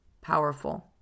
powerful